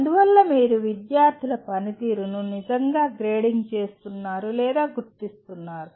అందువల్ల మీరు విద్యార్థుల పనితీరును నిజంగా గ్రేడింగ్ చేస్తున్నారు లేదా గుర్తించారు